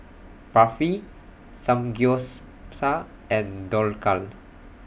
Barfi Samgyeopsal and Dhokla